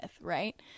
right